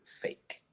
fake